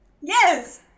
Yes